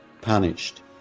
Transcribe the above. punished